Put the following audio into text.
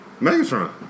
Megatron